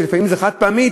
שלפעמים היא חד-פעמית,